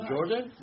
Jordan